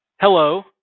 Hello